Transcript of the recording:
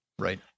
Right